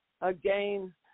again